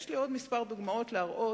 יש לי עוד כמה דוגמאות שיכולות להראות